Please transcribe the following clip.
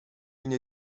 une